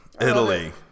Italy